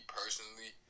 personally